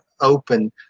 open